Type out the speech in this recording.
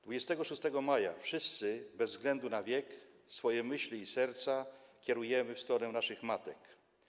26 maja wszyscy - bez względu na wiek - swoje myśli i serca kierujemy w stronę naszych matek.